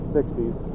60s